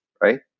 right